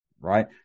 right